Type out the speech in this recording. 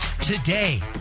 today